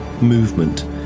movement